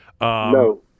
No